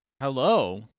Hello